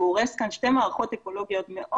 שהוא הורס כאן שתי מערכות אקולוגיות מאוד